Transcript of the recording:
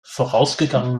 vorausgegangen